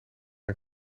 een